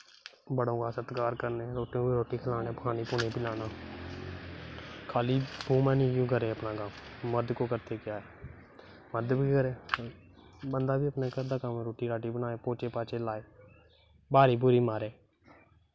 बड्डें दा सतकार करने रुट्टी खलानी पानी पलाना खाल्ली बुमैन केह् करना मर्द गी करदै केह् ऐ मर्द बी करै बंदा बी अपनें घर दा कम्म करै पोच्चे पैाच्चे लाए बाह्री बूह्री मारै